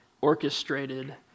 orchestrated